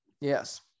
Yes